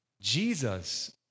Jesus